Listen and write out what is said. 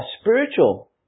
spiritual